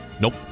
Nope